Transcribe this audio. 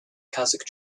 kazakh